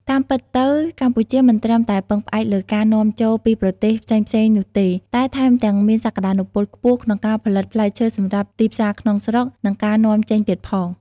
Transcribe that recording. តាមពិតទៅ កម្ពុជាមិនត្រឹមតែពឹងផ្អែកលើការនាំចូលពីប្រទេសផ្សេងៗនោះទេ តែថែមទាំងមានសក្តានុពលខ្ពស់ក្នុងការផលិតផ្លែឈើសម្រាប់ទីផ្សារក្នុងស្រុក និងការនាំចេញទៀតផង។